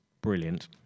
brilliant